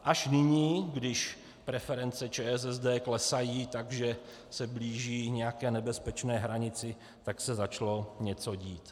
Až nyní, když preference ČSSD klesají tak, že se blíží k nějaké nebezpečné hranici, tak se začalo něco dít.